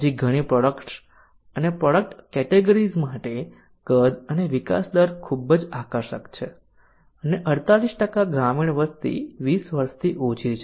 પછી ઘણી પ્રોડક્ટ્સ અને પ્રોડક્ટ કેટેગરીઝ માટે કદ અને વિકાસ દર ખૂબ જ આકર્ષક છે અને 48 ગ્રામીણ વસ્તી 20 વર્ષથી ઓછી છે